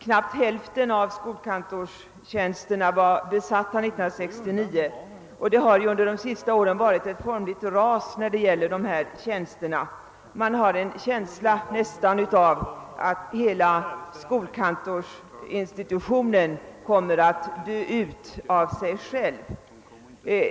Knappt hälften av skolkantorstjänsterna var besatta 1969, och det har ju under de senaste åren varit ett fullkomligt ras beträffande dessa tjänster. Man har nästan en känsla av att hela skolkantorinstitutionen kommer att dö ut av sig själv.